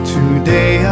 Today